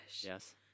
Yes